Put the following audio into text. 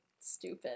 stupid